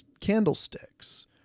candlesticks